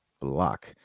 Block